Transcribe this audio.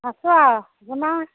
আছোঁ আ